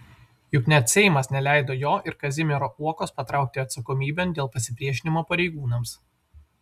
juk net seimas neleido jo ir kazimiero uokos patraukti atsakomybėn dėl pasipriešinimo pareigūnams